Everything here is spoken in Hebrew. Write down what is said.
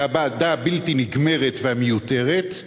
הוועדה הבלתי נגמרת והמיותרת,